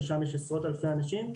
ששם יש עשרות אלפי אנשים,